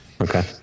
okay